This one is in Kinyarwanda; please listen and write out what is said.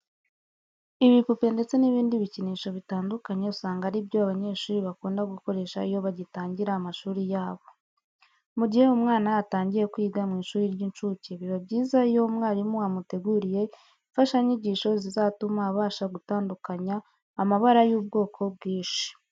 Ibipupe ndetse n'ibindi bikinisho bitandukanye usanga ari byo abanyeshuri bakunda gukoresha iyo bagitangira amashuri yabo. Mu gihe umwana atangiye kwiga mu ishuri ry'incuke, biba byiza iyo umwarimu amuteguriye imfashanyigisho zizatuma abasha gutandukanya amabara y'ubwoko bwinshi.